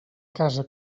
casa